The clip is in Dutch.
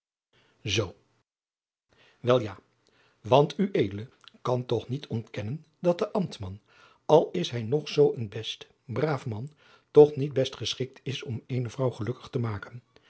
zoo wel ja want ued kan toch niet ontkennen dat de ambtman al is hij nog zoo een best braaf man toch niet best geschikt is om eene vrouw gelukkig te maken